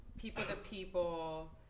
people-to-people